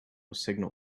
signal